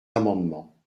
amendements